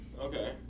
Okay